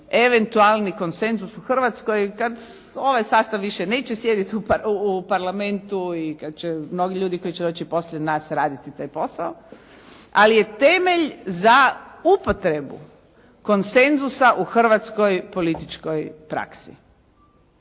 eventualni konsenzus u Hrvatskoj kad ovaj sastav više neće sjediti u Parlamentu i kad će mnogi ljudi koji će doći poslije nas raditi taj posao. Ali je temelj za upotrebu konsenzusa u hrvatskoj političkoj praksi.